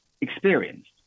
experienced